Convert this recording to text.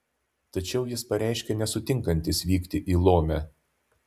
tačiau jis pareiškė nesutinkantis vykti į lomę